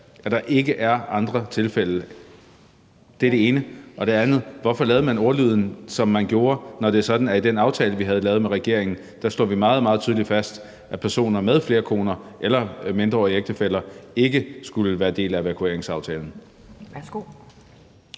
at der ikke er andre tilfælde? Det er det ene. Det andet er: Hvorfor lavede man ordlyden, som man gjorde, når det er sådan, at vi i den aftale, vi havde lavet med regeringen, slog meget, meget tydeligt fast, at personer med flere koner eller mindreårige ægtefæller ikke skulle være en del af evakueringsaftalen? Kl.